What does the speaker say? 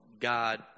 God